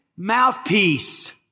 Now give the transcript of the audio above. mouthpiece